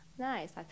nice